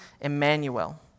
Emmanuel